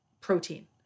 protein